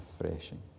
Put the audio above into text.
refreshing